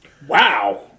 Wow